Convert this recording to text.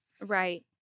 Right